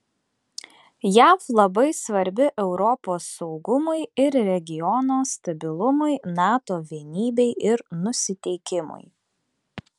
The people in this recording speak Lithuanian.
jav labai svarbi europos saugumui ir regiono stabilumui nato vienybei ir nusiteikimui